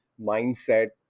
mindset